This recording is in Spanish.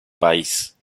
país